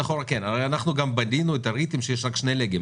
אנחנו גם ראינו את ה-ריטים ויש רק שני לגים.